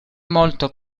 molto